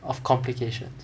of complication